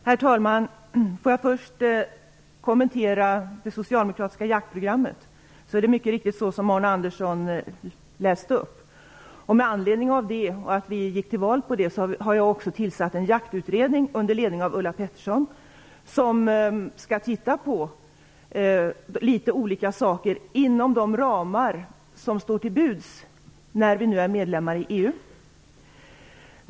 Herr talman! Får jag först kommentera det socialdemokratiska jaktprogrammet. Det är mycket riktigt så som Arne Andersson läste upp. Med anledning av det och att vi gick till val på det har jag också tillsatt en jaktutredning under ledning av Ulla Pettersson som skall titta på litet olika saker inom de ramar som står till buds när vi nu är medlemmar i EU.